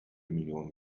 millionen